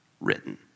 written